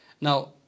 Now